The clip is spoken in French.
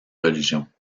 religions